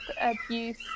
abuse